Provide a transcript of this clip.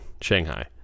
Shanghai